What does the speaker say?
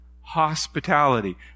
Hospitality